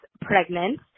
pregnant